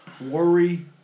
worry